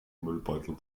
müllbeutel